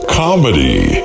comedy